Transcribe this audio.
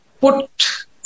put